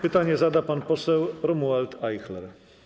Pytanie zada pan poseł Romuald Ajchler.